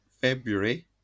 February